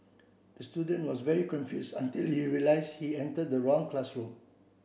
the student was very confused until he realised he entered the wrong classroom